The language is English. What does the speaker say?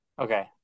Okay